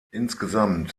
insgesamt